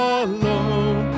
alone